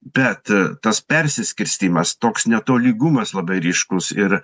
bet tas persiskirstymas toks netolygumas labai ryškus ir